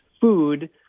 food